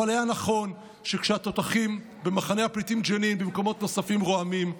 אבל היה נכון שכשהתותחים במחנה הפליטים ג'נין ובמקומות נוספים רועמים,